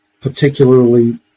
particularly